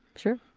sure.